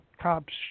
cops